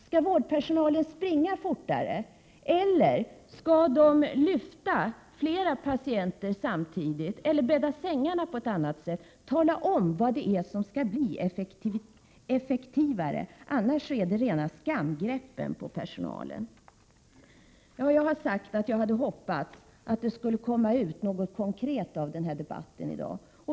Skall vårdpersonalen springa fortare, skall de lyfta fler patienter samtidigt eller skall de bädda sängarna på ett annat sätt? Tala om vad det är som skall bli effektivare! Annars innebär sådana uttalanden rena skamgreppen på personalen. Jag sade att jag hade hoppats att det skulle komma ut något konkret av den här debatten i dag.